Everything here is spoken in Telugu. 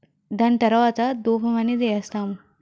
దాని తర్వాత ధూపం అనేది వేస్తాము